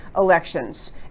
elections